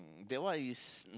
that one is